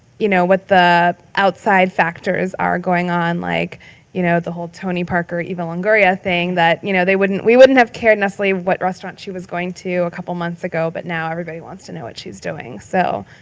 you know the outside factors are going on like you know the whole tony parker, eva longoria thing that you know they wouldn't, we wouldn't have cared necessarily what restaurant she was going to a couple months ago, but now everybody wants to know what she's doing so.